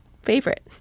Favorite